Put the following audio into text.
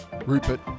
Rupert